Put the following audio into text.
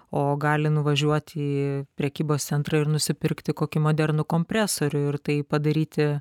o gali nuvažiuoti į prekybos centrą ir nusipirkti kokį modernų kompresorių ir tai padaryti